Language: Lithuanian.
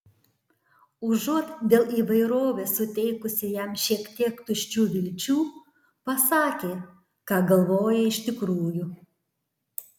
užuot dėl įvairovės suteikusi jam šiek tiek tuščių vilčių pasakė ką galvoja iš tikrųjų